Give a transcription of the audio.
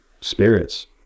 spirits